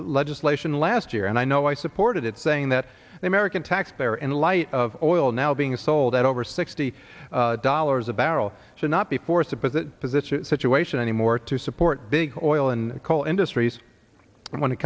legislation last year and i know i supported it saying that the american taxpayer in light of oil now being sold at over sixty dollars a barrel should not be for suppose a position situation anymore to support big oil and coal industries when it